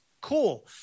Cool